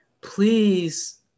Please